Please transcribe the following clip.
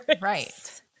Right